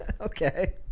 Okay